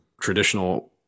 traditional